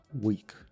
week